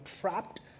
trapped